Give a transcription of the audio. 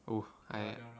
oh I